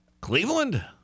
Cleveland